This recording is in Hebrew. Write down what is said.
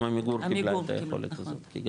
גם עמיגור קיבלה את היכולת הזאתי,